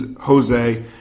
Jose